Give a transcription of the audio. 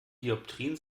dioptrien